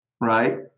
Right